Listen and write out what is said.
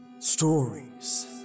Stories